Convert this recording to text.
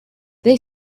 they